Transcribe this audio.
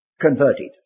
converted